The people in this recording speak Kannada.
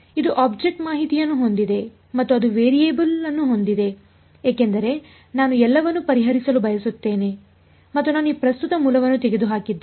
ಇದು ಆಬ್ಜೆಕ್ಟ್ ಮಾಹಿತಿಯನ್ನು ಹೊಂದಿದೆ ಮತ್ತು ಅದು ವೇರಿಯೇಬಲ್ ಅನ್ನು ಹೊಂದಿದೆ ಏಕೆಂದರೆ ನಾನು ಎಲ್ಲವನ್ನೂ ಪರಿಹರಿಸಲು ಬಯಸುತ್ತೇನೆ ಮತ್ತು ನಾನು ಈ ಪ್ರಸ್ತುತ ಮೂಲವನ್ನು ತೆಗೆದುಹಾಕಿದ್ದೇನೆ